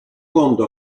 conto